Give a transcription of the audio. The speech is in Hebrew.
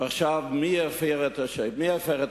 עכשיו מי הפר את השקט?